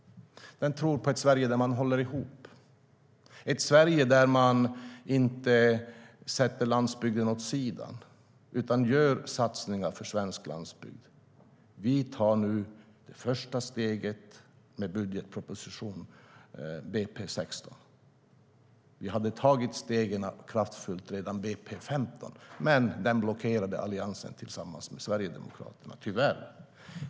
Den tror på ett Sverige där man håller ihop - ett Sverige där man inte sätter landsbygden åt sidan utan gör satsningar för svensk landsbygd. Vi tar nu det första steget med budgetpropositionen för 2016. Vi skulle ha tagit stegen kraftfullt redan med budgetpropositionen för 2015, men den blockerade tyvärr Alliansen tillsammans med Sverigedemokraterna.